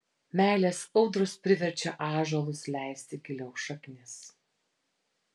meilės audros priverčia ąžuolus leisti giliau šaknis